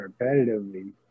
repetitively